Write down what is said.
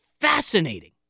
fascinating